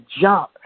jump